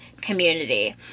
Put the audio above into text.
community